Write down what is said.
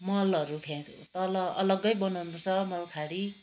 मलहरू फ्याक तल अलग्गै बनाउनुपर्छ मलखाँडी